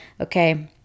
okay